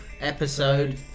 episode